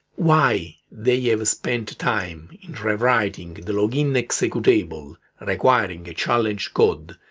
why they yeah have spent time in rewriting the login executable, requiring a challenge code,